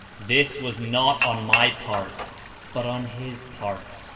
this was not on my part but on his part,